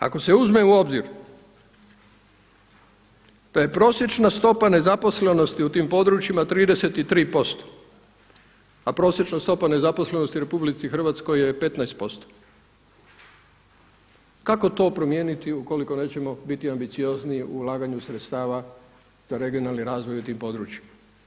Ako se uzme u obzir, da je prosječna stopa nezaposlenosti u tim područjima 33%, a prosječna stopa nezaposlenosti u Republici Hrvatskoj je 15% kako to promijeniti ukoliko nećemo biti ambiciozniji u ulaganju sredstava za regionalni razvoj u tim područjima.